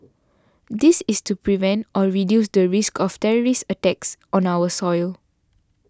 this is to prevent or reduce the risk of terrorist attacks on our soil